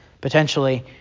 potentially